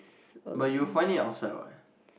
but you will find it ourself leh